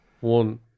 one